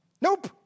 Nope